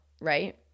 right